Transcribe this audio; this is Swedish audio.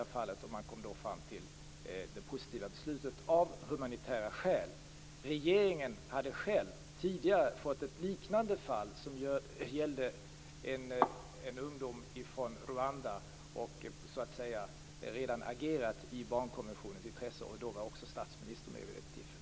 Man kom av humanitära skäl fram till det positiva beslutet. Regeringen hade tidigare bedömt ett fall gällande en ung person från Rwanda. Regeringen agerade i barnkonventionens intresse, och även statsministern var med vid det tillfället.